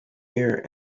mirror